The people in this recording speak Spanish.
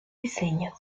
diseños